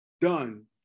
done